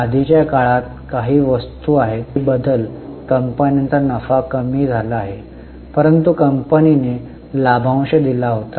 आधीच्या काळात काही वस्तू आहेत आणि काही बदल कंपन्यांचा नफा कमी झाला आहे परंतु कंपनीने लाभांश दिला होता